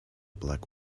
black